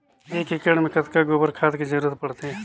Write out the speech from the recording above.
एक एकड़ मे कतका गोबर खाद के जरूरत पड़थे?